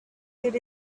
good